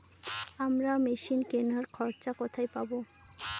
আমরা মেশিন কেনার খরচা কোথায় পাবো?